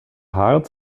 hart